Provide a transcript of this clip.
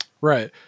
right